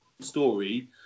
story